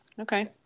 Okay